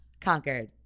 conquered